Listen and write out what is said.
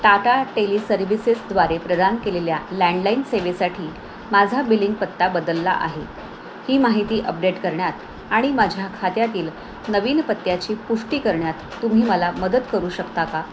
Tata teleservices द्वारे प्रदान केलेल्या लँडलाईन सेवेसाठी माझा बिलिंग पत्ता बदलला आहे ही माहिती अपडेट करण्यात आणि माझ्या खात्यातील नवीन पत्त्याची पुष्टी करण्यात तुम्ही मला मदत करू शकता का